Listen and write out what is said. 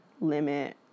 limit